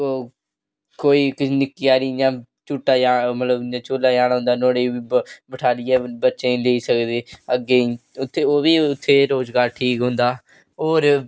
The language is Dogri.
कोई निक्की हारी इयां झूटा जां मतलब इयां झूला जान होंदा नुआढ़ी उप्पर बठालियै बच्चे गी लेई सकदे उत्थै ओह् बी उत्थै रोजगार ठीक होंदा और